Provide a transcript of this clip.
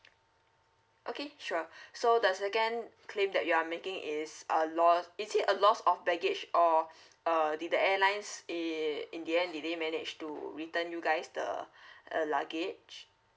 okay sure so the second claim that you are making is a loss is it a loss of baggage or uh did the airlines i~ in the end did they manage to return you guys the uh luggage